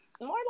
more